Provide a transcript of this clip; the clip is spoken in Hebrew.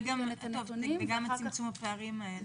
וגם את צמצום הפערים האלה.